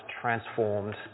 transformed